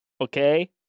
Okay